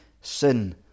sin